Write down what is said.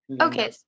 Okay